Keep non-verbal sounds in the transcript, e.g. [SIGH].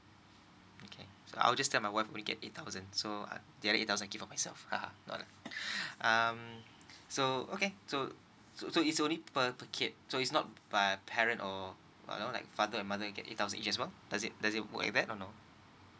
okay so I'll just tell my wife we get eight thousand so uh the other eight thousand keep for myself [LAUGHS] um so okay so so it's only per per kid so is not by a parent or you know like father and mother will get eight thousand as well does it does it work as that or no